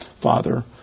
Father